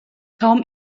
kaum